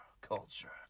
culture